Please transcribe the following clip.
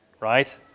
right